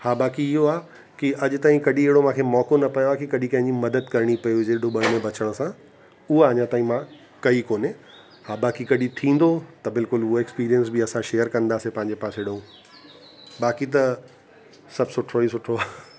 हा बाकी इहो आहे कि अॼु ताईं कॾहिं अहिड़ो मूंखे मौक़ो न पियो आहे कि कॾहिं कंहिंजी मदद करिणी पई हुजे ॾुबण में बचण सां उहे अञा ताईं मां कई कोने हा बाक़ी कॾहिं थींदो त बिल्कुलु उहो एक्सपीरियंस असां शेयर कंदासीं पंहिंजे पास हेड़ो बाकी त सभु सुठो ई सुठो आहे